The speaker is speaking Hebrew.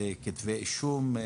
בכתבי אישום.